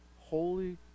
holy